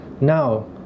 Now